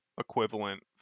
equivalent